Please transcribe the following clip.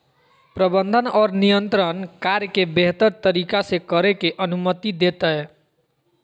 प्रबंधन और नियंत्रण कार्य के बेहतर तरीका से करे के अनुमति देतय